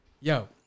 Yo